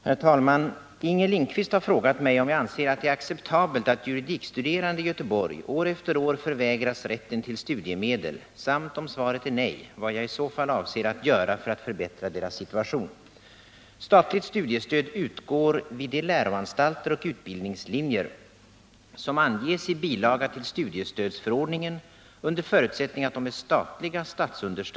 Herr talman! Inger Lindquist har frågat mig om jag anser att det är acceptabelt att juridikstuderande i Göteborg år efter år förvägras rätten till studiemedel samt, om svaret är nej, vad jag i så fall avser att göra för att förbättra deras situation.